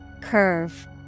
Curve